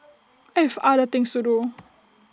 I have other things to do